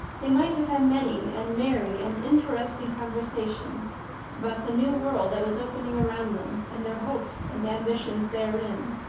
they might have had many and merry and interesting conversations about the new world that was opening around them and their hopes and ambitions therein.